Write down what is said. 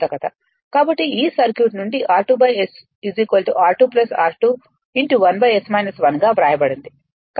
కాబట్టి ఈ ఈ సర్క్యూట్ నుండిr2 S r2 r2 1 S 1 గా వ్రాయబడింది